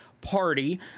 party